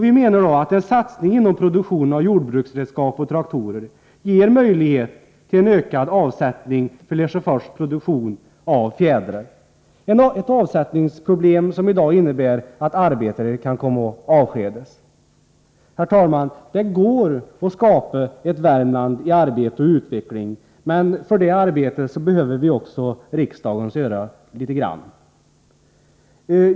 Vi menar att en satsning inom produktionen av jordbruksredskap och traktorer ger möjlighet till ökad avsättning för Lesjöfors produktion av fjädrar, och därmed kan ett avsättningsproblem bemästras som skulle innebära att arbetare avskedas. Herr talman! Det går att skapa ett Värmland i arbete och utveckling, men för det arbetet behöver vi också riksdagens öra litet grand.